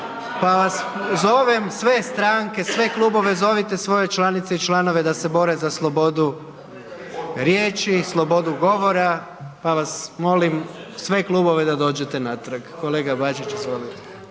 pa vas, zovem sve stranke, sve klubove, zovite svoje članice i članove da se bore za slobodu riječi, slobodu govora pa vas molim sve klubove da dođete natrag, kolega Bačić izvolite.